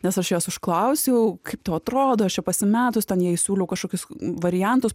nes aš jos užklausiau kaip tau atrodo aš čia pasimetus ten jai siūliau kažkokius variantus